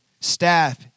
staff